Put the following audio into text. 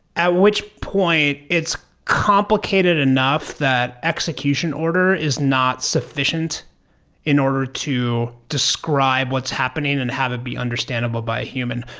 at which point, it's complicated enough that execution order is not sufficient in order to describe what's happening and have it be understandable by a human.